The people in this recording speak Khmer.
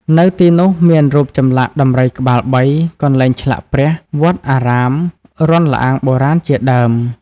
នៅទីនោះមានរូបចម្លាក់ដំរីក្បាលបី កន្លែងឆ្លាក់ព្រះ វត្តអារាម រន្ធល្អាងបុរាណជាដើម។